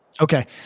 Okay